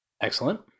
Excellent